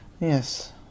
Yes